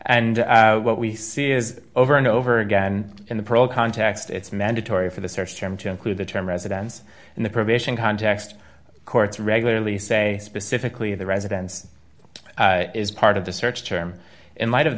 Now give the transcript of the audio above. and what we see is over and over again in the pro context it's mandatory for the search term to include the term residence in the provision context courts regularly say specifically the residence is part of the search term in light of